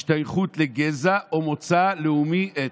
השתייכות לגזע או מוצא לאומי-אתני.